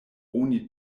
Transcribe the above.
oni